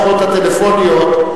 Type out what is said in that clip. השיחות הטלפוניות,